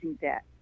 debt